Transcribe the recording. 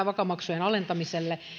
vaka maksujen alentamiselle